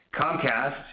Comcast